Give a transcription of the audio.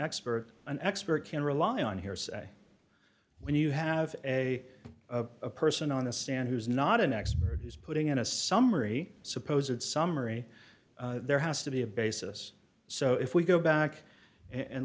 expert an expert can rely on hearsay when you have a person on the stand who's not an expert who's putting in a summary suppose it's summary there has to be a basis so if we go back and